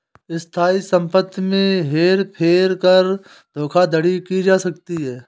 स्थायी संपत्ति में हेर फेर कर धोखाधड़ी की जा सकती है